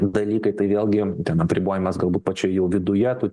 dalykai tai vėlgi ten apribojimas galbūt pačių jau viduje tų